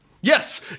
Yes